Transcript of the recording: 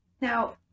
Now